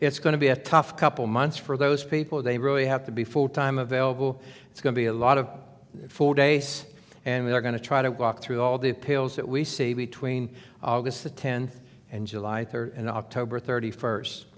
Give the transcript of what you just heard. it's going to be a tough couple months for those people they really have to be full time available it's going to be a lot of four days and they're going to try to walk through all the pills that we see between august the ten and july third and october thirty first